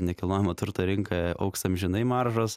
nekilnojamo turto rinka augs amžinai maržos